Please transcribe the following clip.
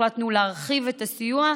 החלטנו להרחיב את הסיוע,